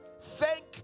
Thank